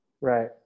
Right